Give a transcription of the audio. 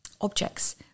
objects